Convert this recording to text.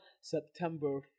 September